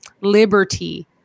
liberty